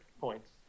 points